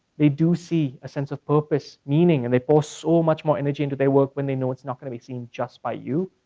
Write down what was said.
they do see a sense of purpose, meaning. and they pour so much more energy into their work when they know it's not gonna be seen just by you.